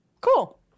cool